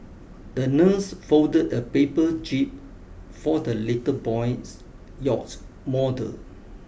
the nurse folded a paper jib for the little boy's yacht model